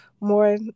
more